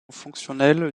fonctionnelle